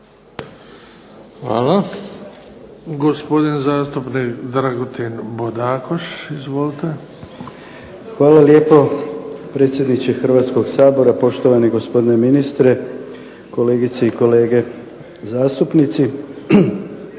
(SDP)** Hvala lijepa predsjedniče Hrvatskoga sabora, poštovani gospodine ministre, kolegice i kolege zastupnici.